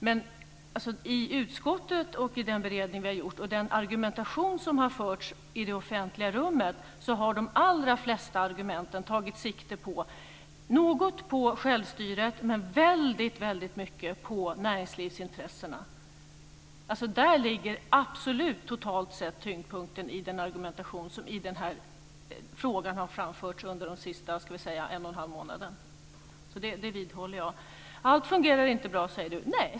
Men i utskottet och den beredning vi har gjort, och i den argumentation som har förts i det offentliga rummet, har de allra flesta argumenten tagit sikte något på självstyret men också väldigt mycket näringslivets intressen. Där ligger absolut tyngdpunkten totalt sett i den argumentation som i den här frågan har framförts under de senaste - ska vi säga - en och en halv månaderna. Det vidhåller jag. Allt fungerar inte bra, säger Chatrine Pålsson.